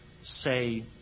say